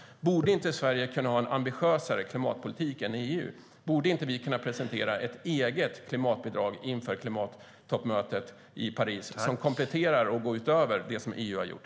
Borde inte Sverige kunna ha en ambitiösare klimatpolitik än EU? Borde inte vi inför klimattoppmötet i Paris kunna presentera ett eget klimatbidrag som kompletterar och går utöver det som EU gjort?